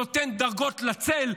נותן דרגות להצל,